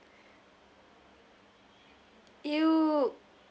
!eww!